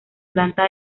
planta